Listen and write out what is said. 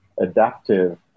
adaptive